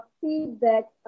feedback